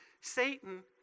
Satan